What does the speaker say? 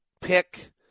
pick